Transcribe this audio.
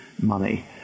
money